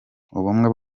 ubumwe